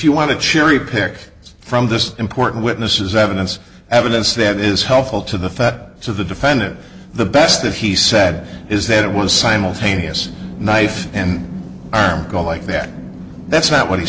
you want to cherry pick from this important witnesses evidence evidence that is helpful to the fat so the defendant the best that he said is that it was simultaneous knife and arm go like that that's not what he